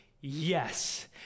Yes